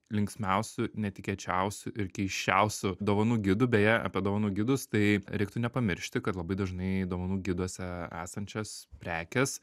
linksmiausių netikėčiausių ir keisčiausių dovanų gidų beje apie dovanų gidus tai reiktų nepamiršti kad labai dažnai dovanų giduose esančios prekės